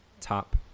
top